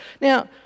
Now